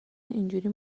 اینجوری